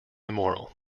immoral